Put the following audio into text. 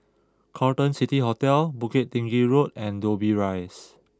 Carlton City Hotel Bukit Tinggi Road and Dobbie Rise